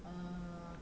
err